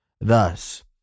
Thus